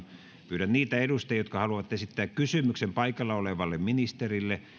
pyydän niitä edustajia jotka haluavat esittää kysymyksen paikalla olevalle ministerille